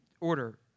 order